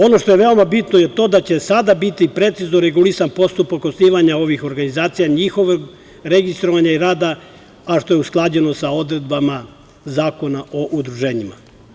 Ono što je veoma bitno je to da će sada biti precizno regulisan postupak osnivanja ovih organizacija, njihovog registrovanja i rada, a što je usklađeno sa odredbama zakona o udruženjima.